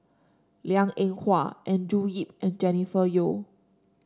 Liang Eng Hwa Andrew Yip and Jennifer Yeo